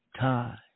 time